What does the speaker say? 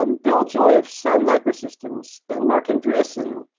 um bill joy of sun microsystems and marc andreessen,